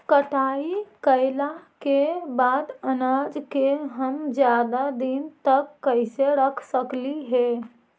कटाई कैला के बाद अनाज के हम ज्यादा दिन तक कैसे रख सकली हे?